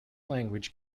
language